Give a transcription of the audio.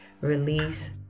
Release